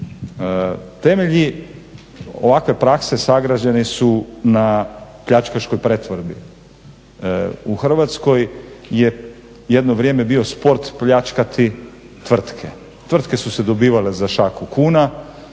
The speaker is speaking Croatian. Temelji ovakve prakse sagrađeni su na pljačkaškoj pretvorbi. U Hrvatskoj je jedno vrijeme bio sport pljačkati tvrtke. Tvrtke su se dobivale za šaku kuna